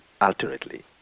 alternately